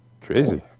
Crazy